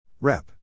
Rep